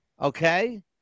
Okay